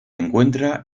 encuentra